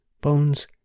bones